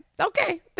Okay